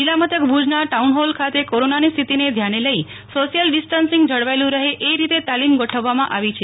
જિલ્લા મથક ભુજના ટાઉનહોલ ખાતે કોરાનાની સ્થિતિને ધ્યાને લઈ સોશિયલ ડિસ્ટન્સિંગ જળવાયેલું રહે એ રીતે તાલીમ ગોઠવવામાં આવી છે